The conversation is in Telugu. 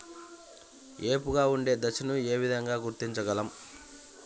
ఏపుగా ఉండే దశను ఏ విధంగా గుర్తించగలం?